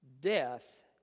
Death